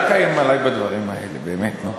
אל תאיים עלי בדברים האלה, באמת, נו.